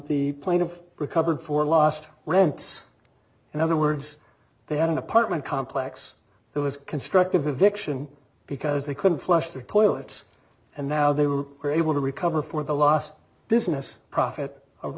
the plaintiff recovered for lost rants in other words they had an apartment complex there was constructive eviction because they couldn't flush their toilets and now they were able to recover for the lost business profit of